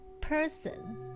person